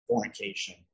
fornication